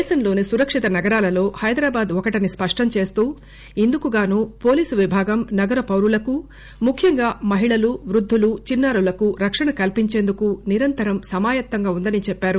దేశంలోని సురక్షిత నగరాలలో హైదరాబాద్ ఒకటని స్పష్టం చేస్తూ ఇందుకుగాను పోలీసు విభాగం నగర పౌరులకు ముఖ్యంగా మహిళలు వృద్దులు చిన్నా రులకు రక్షణ కల్పించేందుకు నిరంతరం సమాయత్తంగా ఉందని చెప్పారు